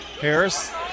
Harris